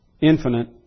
infinite